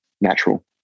natural